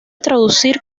traducir